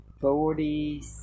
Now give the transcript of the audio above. forty